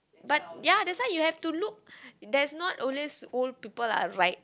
but ya that's why you have to look there's no always old people are right